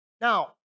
Now